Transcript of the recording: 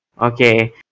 okay